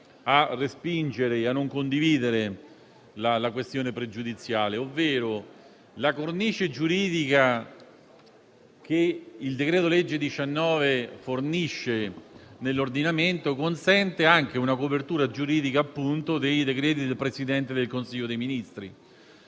a respingere e a non condividere la questione pregiudiziale. La cornice giuridica che il decreto-legge n. 19 fornisce, infatti, nell'ordinamento consente anche una copertura giuridica dei decreti del Presidente del Consiglio dei ministri.